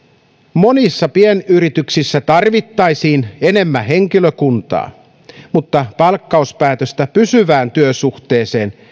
monissa pienyrityksissä tarvittaisiin enemmän henkilökuntaa mutta palkkauspäätöstä pysyvään työsuhteeseen